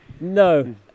no